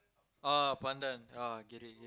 ah pandan ah gerek gerek